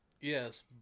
Yes